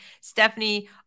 Stephanie